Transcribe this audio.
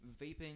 vaping